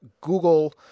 Google